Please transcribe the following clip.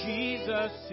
Jesus